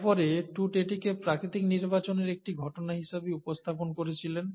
তারপরে টুট এটিকে প্রাকৃতিক নির্বাচনের একটি ঘটনা হিসাবে উপস্থাপন করেছিলেন